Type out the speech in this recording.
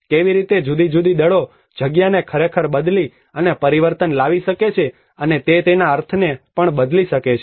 કેવી રીતે જુદી જુદી દળો જગ્યાને ખરેખર બદલી અને પરિવર્તન લાવી શકે છે અને તે તેના અર્થોને પણ બદલી શકે છે